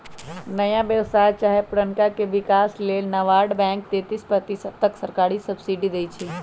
नया व्यवसाय चाहे पुरनका के विकास लेल नाबार्ड बैंक तेतिस प्रतिशत तक सरकारी सब्सिडी देइ छइ